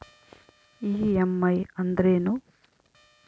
EMI ಅಂದ್ರೇನು?